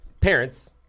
parents